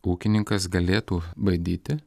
ūkininkas galėtų baidyti